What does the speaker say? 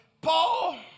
Paul